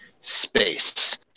space